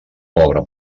pobre